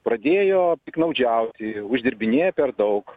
pradėjo piktnaudžiauti uždirbinėja per daug